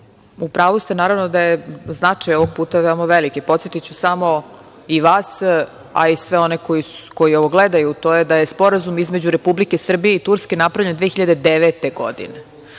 U pravu ste. Naravno da je značaj ovog puta veoma veliki. Podsetiću samo i vas, a i sve one koji ovo gledaju, to je da je sporazum između Republike Srbije i Turske napravljen 2009. godine. Dakle,